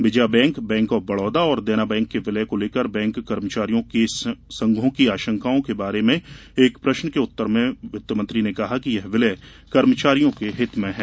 Vijaya bank bank of Baroda और Dena bank के विलय को लेकर बैंक कर्मचारियों संघों की आशंकाओं के बारे में एक प्रश्न के उत्तर में वित्तमंत्री ने कहा कि यह विलय कर्मचारियों के हित में है